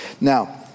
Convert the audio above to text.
Now